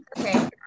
Okay